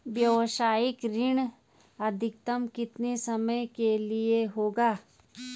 व्यावसायिक ऋण अधिकतम कितने समय के लिए होगा?